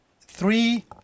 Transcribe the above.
three